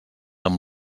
amb